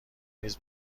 نیز